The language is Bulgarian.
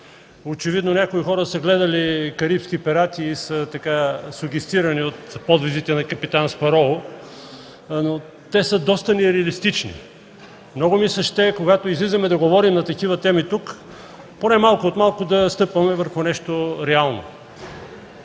Очевидно някои хора са гледали „Карибски пирати” и са сугестирани от подвизите на капитан Спароу, но те са доста нереалистични. Много ми се ще, когато излизаме тук да говорим на такива теми, поне малко от малко да стъпваме върху нещо реално.